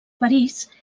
parís